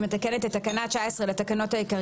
היא מתקנת את תקנה 19: בתקנה 19 לתקנות העיקריות,